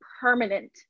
permanent